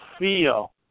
feel